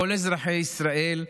כל אזרחי ישראל,